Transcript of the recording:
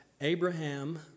Abraham